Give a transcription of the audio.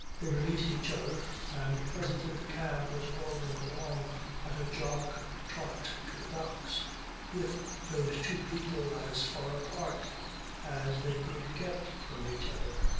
they released each other and presently the cab was rolling along at a jog-trot to the docks with those two people as far apart as they could get from each other,